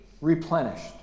replenished